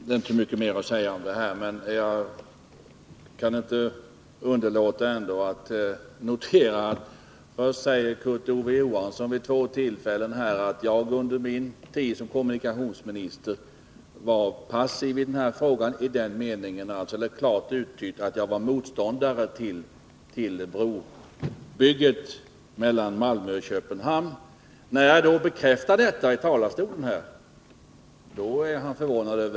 Herr talman! Det är inte mycket mer att säga om den här saken. Men jag kan inte underlåta att notera att Kurt Ove Johansson först säger vid två tillfällen att jag under min tid som kommunikationsminister var motståndare till byggande av bron mellan Malmö och Köpenhamn. När jag då bekräftar detta från talarstolen, så är han förvånad.